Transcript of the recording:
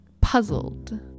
puzzled